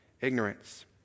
ignorance